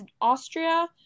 Austria